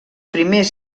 primers